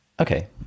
Okay